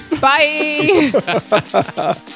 Bye